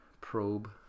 probe